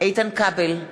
איתן כבל,